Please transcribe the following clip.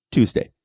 Tuesday